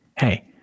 hey